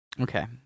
Okay